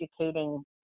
educating